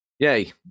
Yay